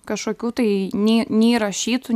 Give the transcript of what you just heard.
kažkokių tai nei nei rašytų